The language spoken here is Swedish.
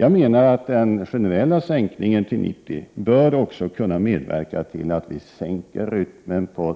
Jag menar att den generella sänkningen till 90 bör kunna medverka till att vi sänker rytmen även på